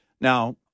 Now